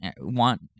want